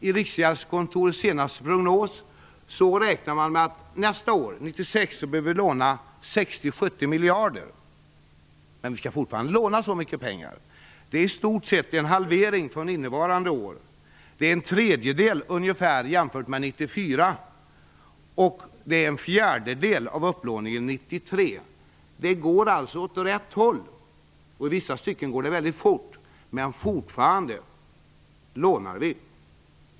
I Riksgäldskontorets senaste prognos räknar man med att vi nästa år, 1996, behöver låna 60-70 miljarder. Vi skall fortfarande låna så mycket pengar. Men det är i stort sett en halvering av lånet för innevarande år. Det är ungefär en tredjedel jämfört med 1994 och en fjärdedel av upplåningen 1993. Det går alltså åt rätt håll, och i vissa delar går det väldigt fort. Men fortfarande lånar vi.